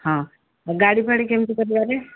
ହଁ ଗାଡ଼ି ଫାଡ଼ି କେମିତି କରିବାରେ